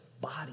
body